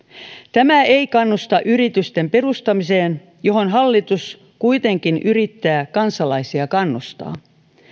tämä ei kannusta yritysten perustamiseen johon hallitus kuitenkin yrittää kansalaisia kannustaa